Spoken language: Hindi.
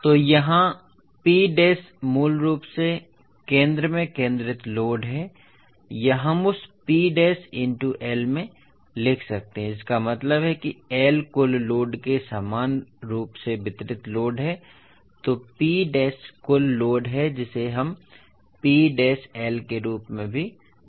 ठीक हैं तो यहां P डैश मूल रूप से केंद्र में केंद्रित लोड है या हम उस P डैश इनटू L में लिख सकते हैं जिसका मतलब है कि L कुल लोड में समान रूप से वितरित लोड है इसलिए P डैश कुल लोड है जिसे हम P डैश Lके रूप में भी बता सकते हैं